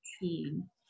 team